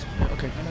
Okay